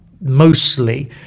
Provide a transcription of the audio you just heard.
mostly